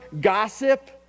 gossip